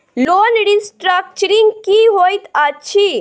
Loan restructuring की होइत अछि?